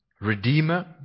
Redeemer